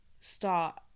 start